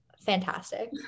fantastic